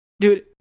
Dude